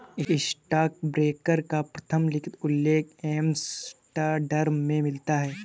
stockbroker का प्रथम लिखित उल्लेख एम्स्टर्डम में मिलता है